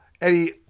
Eddie